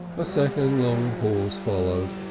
a second long pause followed,